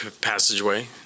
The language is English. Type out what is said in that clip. passageway